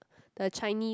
the Chinese